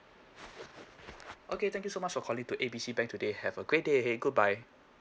okay thank you so much for calling to A B C bank today have a great day ahead goodbye